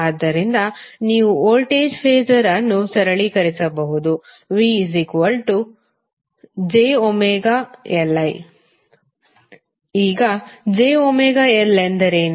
ಆದ್ದರಿಂದ ನೀವು voltage phasor ಅನ್ನು ಸರಳೀಕರಿಸಬಹುದು VjωLI ಈಗ jωL ಎಂದರೇನು